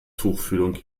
tuchfühlung